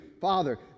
Father